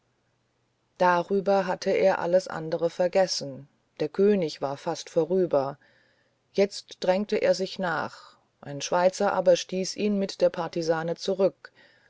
darüber hatte er alles andere vergessen der könig war fast vorüber jetzt drängte er sich nach ein schweizer aber stieß ihn mit der partisane zurück